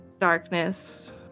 darkness